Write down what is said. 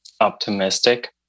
optimistic